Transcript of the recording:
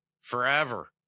forever